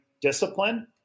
discipline